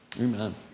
Amen